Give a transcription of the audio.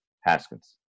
Haskins